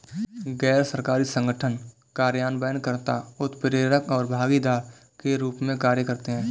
गैर सरकारी संगठन कार्यान्वयन कर्ता, उत्प्रेरक और भागीदार के रूप में कार्य करते हैं